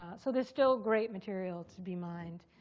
ah so there's still great material to be mined.